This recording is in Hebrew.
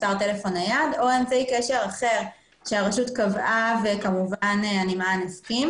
מספר טלפון נייד או אמצעי קשר אחר שהרשות קבעה וכמובן הנמען הסכים.